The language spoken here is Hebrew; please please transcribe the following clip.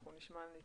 אנחנו נשמע.